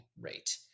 rate